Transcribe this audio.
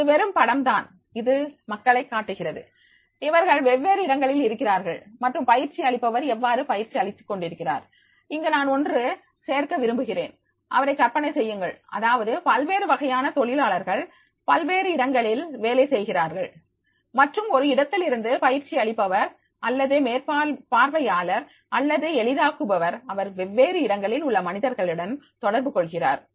இது வெறும் படம்தான் இதில் மக்களை காட்டுகிறது அவர்கள் வெவ்வேறு இடங்களில் இருக்கிறார்கள் மற்றும் பயிற்சி அளிப்பவர் எவ்வாறு பயிற்சி அளித்துக் கொண்டிருக்கிறார் இங்கு நான் ஒன்று சேர்க்க விரும்புகிறேன் அவரை கற்பனை செய்யுங்கள் அதாவது பல்வேறு வகையான தொழிலாளர்கள் பல்வேறு இடங்களில் வேலை செய்கிறார்கள் மற்றும் ஒரு இடத்திலிருந்து பயிற்சி அளிப்பவர் அல்லது மேற்பார்வையாளர் அல்லது எளிதாக்குபவர் அவர் வெவ்வேறு இடங்களில் உள்ள பல மனிதர்களிடம் தொடர்பு கொள்கிறார்